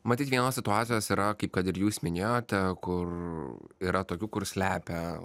matyt vienos situacijos yra kaip kad ir jūs minėjote kur yra tokių kur slepia